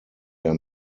der